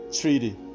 treaty